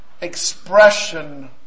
expression